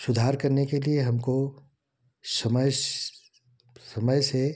सुधार करने के लिए हमको समय समय से